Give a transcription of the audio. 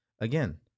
again